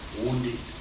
wounded